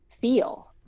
feel